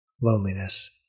Loneliness